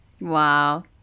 Wow